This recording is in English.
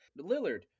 Lillard